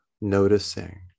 noticing